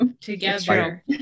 together